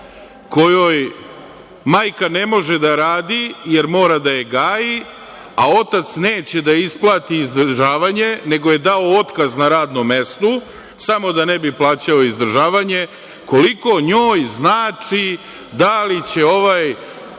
kojoj majka ne može da radi, jer mora da je gaji, a otac neće da joj isplati izdržavanje nego je dao otkaz na radnom mestu samo da ne bi plaćao izdržavanje, koliko njoj znači da li će ovaj